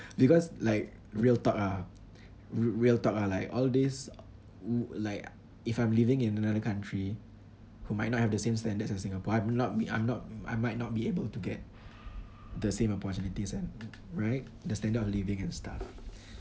because like real talk ah re~ real talk ah like all these like if I'm living in another country who might not have the same standards as Singapore I'm not be I'm not I might not be able to get the same opportunities and right the standard of living and stuff